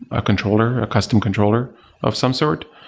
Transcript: a controller, a custom controller of some sort,